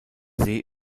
see